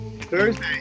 Thursday